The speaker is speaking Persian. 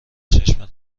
چشم